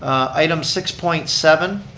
item six point seven,